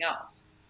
else